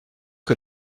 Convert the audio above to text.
que